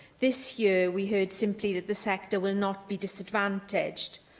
this year, we heard simply that the sector will not be disadvantaged.